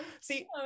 See